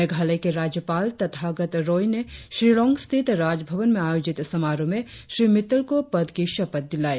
मेघालय के राज्यपाल तथागत रॉय ने शिलोंग स्थित राजभवन में आयोजित समारोह में श्री मित्तल को पद की शपथ दिलाई